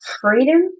freedom